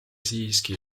siiski